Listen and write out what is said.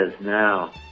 now